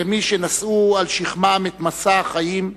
כמי שנשאו על שכמם את משא החיים,